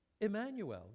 Emmanuel